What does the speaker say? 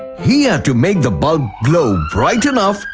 he had to make the bulb glow bright enough,